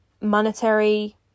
monetary